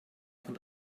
von